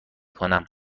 کنم